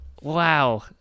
Wow